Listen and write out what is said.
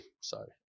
sorry